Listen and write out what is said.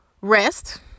rest